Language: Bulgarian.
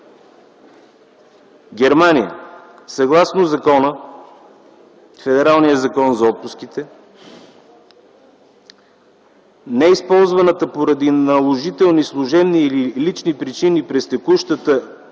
Германия – съгласно федералния закон за отпуските неизползваната поради наложителни служебни или лични причини през текущата година